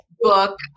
book